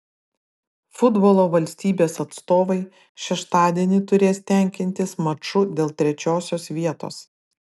futbolo valstybės atstovai šeštadienį turės tenkintis maču dėl trečiosios vietos